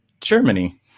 Germany